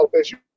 issues